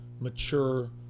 mature